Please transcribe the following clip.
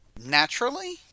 Naturally